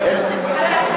בעיה,